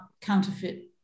counterfeit